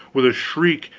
with a shriek